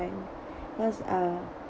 time cause uh